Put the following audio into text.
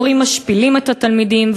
מורים משפילים את התלמידים,